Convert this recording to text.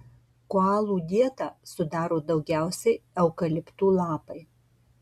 koalų dietą sudaro daugiausiai eukaliptų lapai